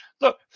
Look